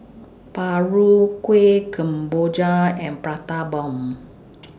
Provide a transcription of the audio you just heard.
Paru Kueh Kemboja and Prata Bomb